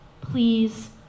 please